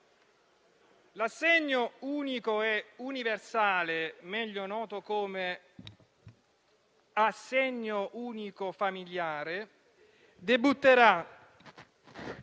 l'assegno unico e universale, meglio noto come assegno unico familiare, debutterà